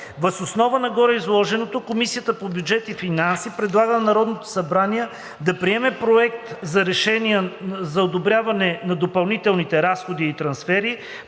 Въз основа на гореизложеното Комисията по бюджет и финанси предлага на Народното събрание да приеме Проект на решение за одобряване на допълнителни разходи и трансфери